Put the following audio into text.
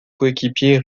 coéquipier